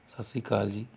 ਸਤਿ ਸ੍ਰੀ ਅਕਾਲ ਜੀ